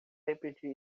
repetir